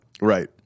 Right